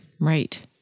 Right